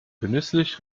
genüsslich